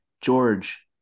george